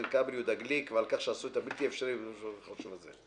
איתן כבל ויהודה גליק על כך שעשו את הבלתי אפשרי בנושא חשוב זה.